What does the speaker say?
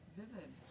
vivid